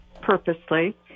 purposely